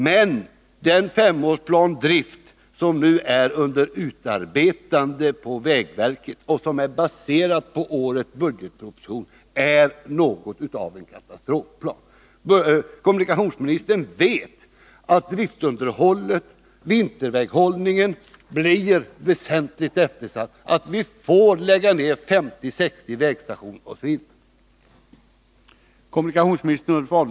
Men jag vill säga att den femårsplan för driften som nu är under utarbetande på vägverket och som är baserad på årets budgetproposition är något av en katastrofplan. Kommunikationsministern vet att driftunderhållet och vinterväghållningen blir väsentligt eftersatta, att vi får lägga ned 50-60 vägstationer osv.